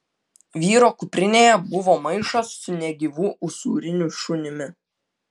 vyro kuprinėje buvo maišas su negyvu usūriniu šunimi